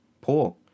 poor